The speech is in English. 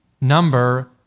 number